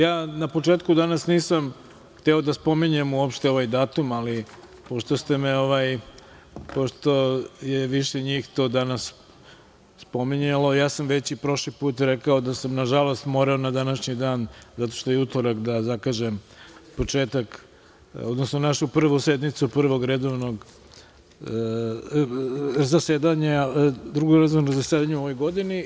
Na početku danas nisam hteo da spominjem uopšte ovaj datum, ali pošto je više njih to danas spominjalo, ja sam već i prošli put rekao da sam nažalost morao na današnji dan zato što je utorak da zakažem početak, odnosno našu prvu sednicu Drugog redovnog zasedanja u ovoj godini.